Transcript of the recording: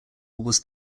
was